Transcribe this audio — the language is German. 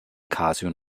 casio